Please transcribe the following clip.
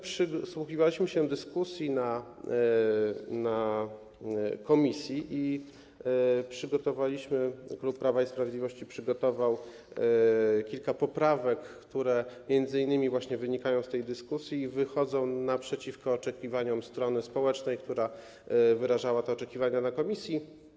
Przysłuchiwaliśmy się dyskusji w komisji i klub Prawa i Sprawiedliwości przygotował kilka poprawek, które m.in. wynikają z tej dyskusji i wychodzą naprzeciw oczekiwaniom strony społecznej, która wyrażała te oczekiwania w komisji.